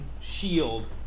shield